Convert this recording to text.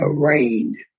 arraigned